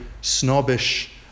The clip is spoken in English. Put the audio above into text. snobbish